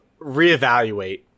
reevaluate